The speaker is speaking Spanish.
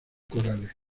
corales